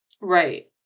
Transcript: Right